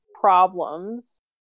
problems